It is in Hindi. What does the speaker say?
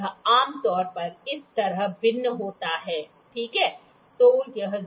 यह आम तौर पर इस तरह भिन्न होता है ठीक है